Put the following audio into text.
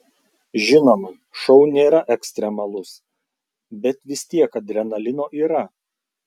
žinoma šou nėra ekstremalus bet vis tiek adrenalino yra